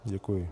Děkuji.